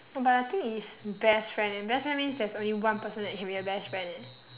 no but I think it's best friend eh best friend means there's only one person that can be a best friend eh